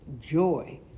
joy